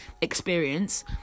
experience